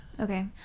Okay